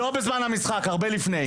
לא בזמן המשחק, הרבה לפני.